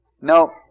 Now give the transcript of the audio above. No